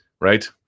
Right